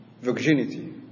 virginity